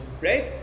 right